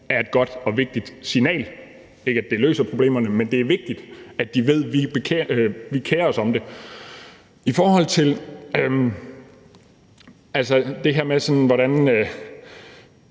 er et godt og vigtigt signal – ikke at det løser problemerne, men det er vigtigt, at de pågældende lande ved, at vi kerer os om det. I forhold til det her med, at